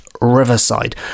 Riverside